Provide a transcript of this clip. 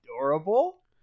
adorable